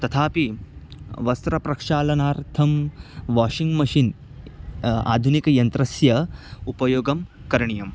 तथापि वस्त्रप्रक्षालनार्थं washing machine आधुनिकयन्त्रस्य उपयोगं करणीयम्